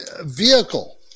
vehicle